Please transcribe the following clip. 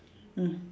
mm